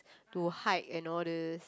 to hike and all these